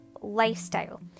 lifestyle